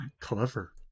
Clever